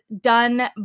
done